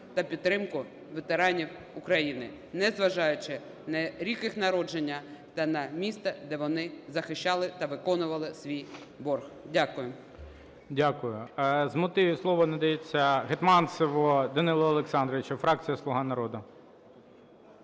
та підтримку ветеранів України, незважаючи не на рік їх народження та місце, де вони захищали та виконували свій борг. Дякую. ГОЛОВУЮЧИЙ. Дякую. З мотивів слово надається Гетманцеву Данилу Олександровичу, фракція "Слуга народу".